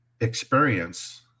experience